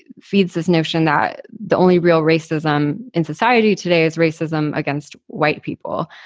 feeds this notion that the only real racism in society today is racism against white people.